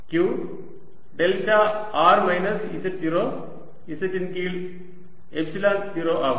q delta r minus z0 z இன் கீழ் epsilon 0 ஆகும்